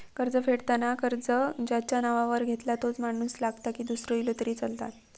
कर्ज फेडताना कर्ज ज्याच्या नावावर घेतला तोच माणूस लागता की दूसरो इलो तरी चलात?